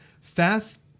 Fast